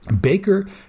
Baker